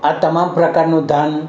આ તમામ પ્રકારનું ધાન